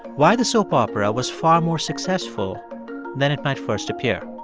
why the soap opera was far more successful than it might first appear